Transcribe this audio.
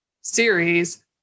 series